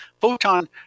photon